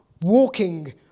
walking